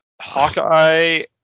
Hawkeye